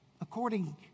according